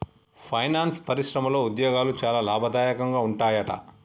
finance పరిశ్రమలో ఉద్యోగాలు చాలా లాభదాయకంగా ఉంటాయట